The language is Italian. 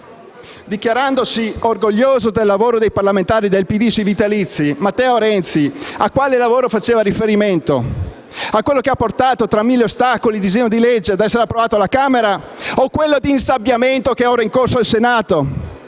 dichiarandosi orgoglioso del lavoro dei parlamentari del PD sui vitalizi, a quale lavoro faceva riferimento Matteo Renzi? A quello che ha portato, tra mille ostacoli, il disegno di legge a essere approvato alla Camera o a quello di insabbiamento che è ora in corso al Senato